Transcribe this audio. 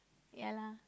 ya lah